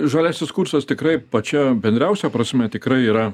žaliasis kursas tikrai pačia bendriausia prasme tikrai yra